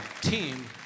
team